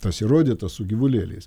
tas įrodyta su gyvulėliais